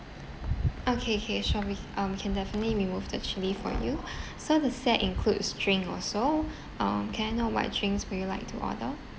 okay K sure we um we can definitely remove the chili for you so the set includes drink also um can I know what drinks would you like to order